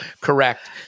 correct